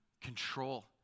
control